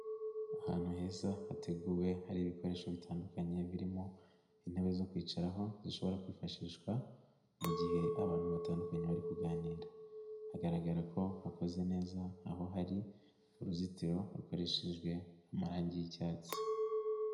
Ahantu heza hateguwe hari ibikoresho bitandukanye birimo intebe zo kwicaraho, zishobora kwifashishwa mu gihe abantu batandukanye bari kuganira, hagaragara ko hakoze neza, aho hari uruzitiro, rukoreshejwe amarangi y'icyatsi.